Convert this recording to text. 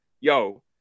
yo